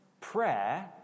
Prayer